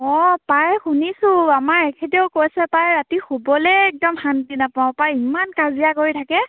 অ পাই শুনিছোঁ আমাৰ এখেতেও কৈছে পাই ৰাতি শুবলৈ একদম শান্তি নাপাওঁ পাই ইমান কাজিয়া কৰি থাকে